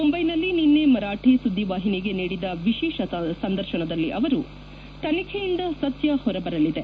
ಮುಂಬೈನಲ್ಲಿ ನಿನ್ನೆ ಮರಾಠಿ ಸುದ್ದಿವಾಹಿನಿಗೆ ನೀಡಿದ ವಿಶೇಷ ಸಂದರ್ಶನದಲ್ಲಿ ಅವರು ತನಿಖೆಯಿಂದ ಸತ್ಯ ಹೊರಬರಲಿದೆ